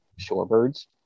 shorebirds